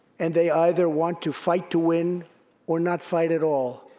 and they either want to fight to win or not fight at all.